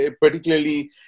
particularly